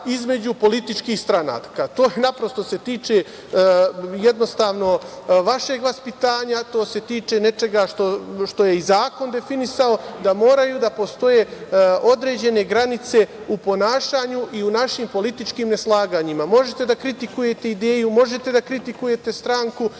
između političkih stranaka. To naprosto se tiče jednostavno vašeg vaspitanja, to se tiče nečega što je i zakon definisao, da moraju da postoje određene granice u ponašanju i u našim političkim neslaganjima. Možete da kritikujete ideju, možete da kritikujte stranku,